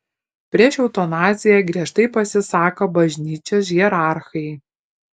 prieš eutanaziją giežtai pasisako bažnyčios hierarchai